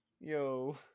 yo